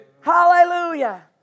Hallelujah